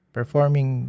Performing